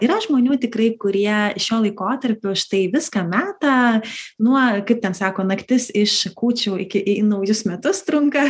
yra žmonių tikrai kurie šiuo laikotarpiu štai viską meta nuo kaip ten sako naktis iš kūčių iki naujus metus trunka